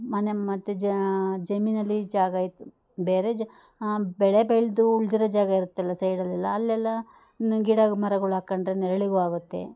ಮನೆ ಮತ್ತು ಜಮೀನಲ್ಲಿ ಜಾಗ ಇತ್ತು ಬೇರೆ ಜಾ ಬೆಳೆ ಬೆಳೆದು ಉಳಿದಿರೋ ಜಾಗ ಇರುತ್ತಲ್ಲ ಸೈಡಲೆಲ್ಲ ಅಲ್ಲೆಲ್ಲ ಗಿಡ ಮರಗಳ್ ಹಾಕಂಡ್ರೆ ನೆರಳಿಗೂ ಆಗುತ್ತೆ